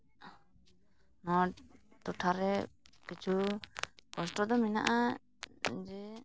ᱱᱚᱣᱟ ᱴᱚᱴᱷᱟ ᱨᱮ ᱠᱤᱪᱷᱩ ᱠᱚᱥᱴᱚ ᱫᱚ ᱢᱮᱱᱟᱜᱼᱟ ᱡᱮ